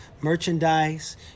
merchandise